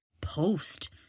Post